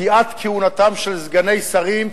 פקיעת כהונתם של סגני שרים,